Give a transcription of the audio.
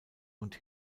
und